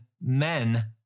men